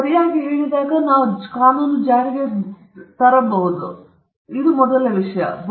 ಆದ್ದರಿಂದ ನಾವು ಸರಿಯಾಗಿ ಹೇಳಿದಾಗ ನಾವು ಜಾರಿಗೆ ಬರಬಹುದು ಆದ್ದರಿಂದ ಅದು ಮೊದಲ ವಿಷಯ